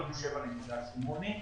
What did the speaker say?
מינוס 7.8,